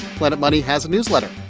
planet money has a newsletter.